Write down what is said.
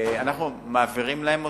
אנחנו מעבירים להם אותן,